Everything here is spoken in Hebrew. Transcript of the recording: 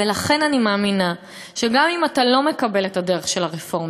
לכן אני מאמינה שגם אם אתה לא מקבל את הדרך של הרפורמים,